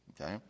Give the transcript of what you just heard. Okay